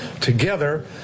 together